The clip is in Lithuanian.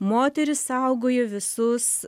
moterys saugojo visus